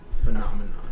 phenomenon